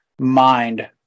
mind